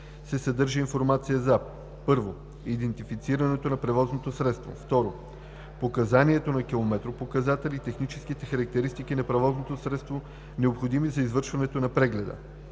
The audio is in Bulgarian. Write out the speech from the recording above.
се съдържа информация за: 1. идентифицирането на превозното средство; 2. показанието на километропоказателя и техническите характеристики на превозното средство, необходими за извършването на прегледа;